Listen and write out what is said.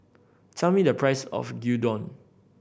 tell me the price of Gyudon